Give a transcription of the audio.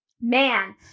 Man